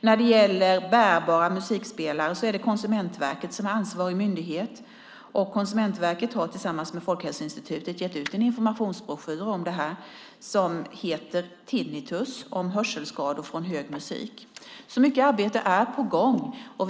När det gäller bärbara musikspelare är det Konsumentverket som är ansvarig myndighet. Konsumentverket har tillsammans med Folkhälsoinstitutet gett ut en informationsbroschyr om detta som heter Tinnitus - om hörselskador från hög musik . Mycket arbete är alltså på gång.